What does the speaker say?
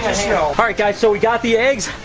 alright guys, so we got the eggs,